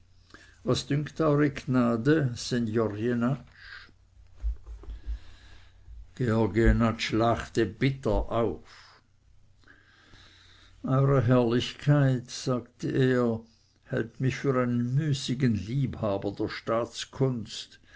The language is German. was dünkt eure gnade sennor jenatsch georg jenatsch lachte bitter auf eure herrlichkeit sagte er hält mich für einen müßigen liebhaber der staatskunst